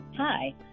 Hi